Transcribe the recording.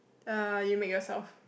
uh you make yourself